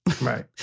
Right